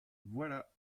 voilà